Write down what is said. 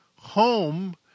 home